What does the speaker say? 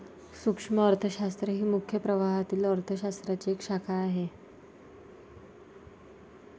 सूक्ष्म अर्थशास्त्र ही मुख्य प्रवाहातील अर्थ शास्त्राची एक शाखा आहे